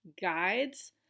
guides